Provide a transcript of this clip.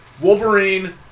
Wolverine